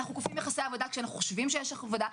אנחנו כופים יחסי עבודה כשאנחנו חושבים שיש יחסי עבודה.